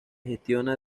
gestiona